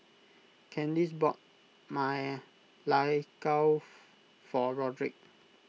Candis bought Ma Lai Gao for Rodrick